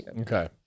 Okay